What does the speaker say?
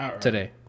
today